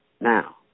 now